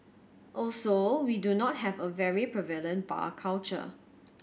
also we do not have a very prevalent bar culture